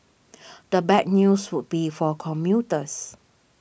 the bad news would be for commuters